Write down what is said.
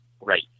Right